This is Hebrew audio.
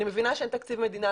אני מבינה שאין תקציב מדינה,